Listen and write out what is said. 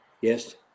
yes